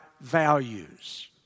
values